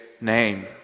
name